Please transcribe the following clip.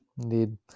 Indeed